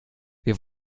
wir